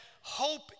Hope